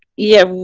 yeah,